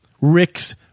Rick's